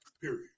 period